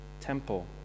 temple